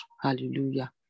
Hallelujah